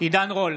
עידן רול,